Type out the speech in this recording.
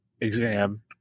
exam